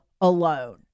alone